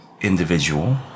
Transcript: individual